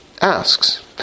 asks